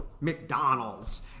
McDonald's